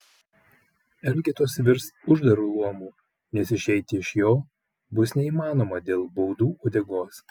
elgetos virs uždaru luomu nes išeiti iš jo bus neįmanoma dėl baudų uodegos